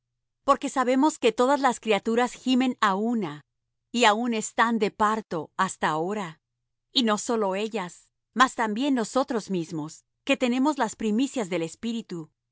porque sabemos que todas las criaturas gimen á una y á una están de parto hasta ahora y no sólo ellas mas también nosotros mismos que tenemos las primicias del espíritu